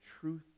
truth